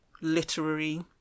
literary